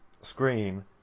screen